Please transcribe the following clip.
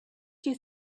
you